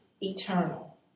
eternal